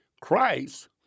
Christ